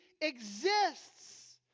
exists